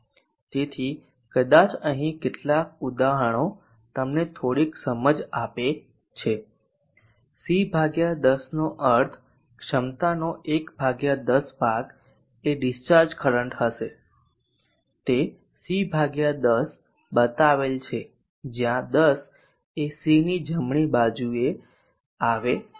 તેથી કદાચ અહીં કેટલાક ઉદાહરણો તમને થોડીક સમજ આપે છે C 10 નો અર્થ ક્ષમતાનો 110 ભાગ એ ડિસ્ચાર્જ કરંટ હશે તે C10 બતાવેલ છે જ્યાં 10 એ Cની જમણી દિશામાં આવે છે